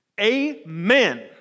Amen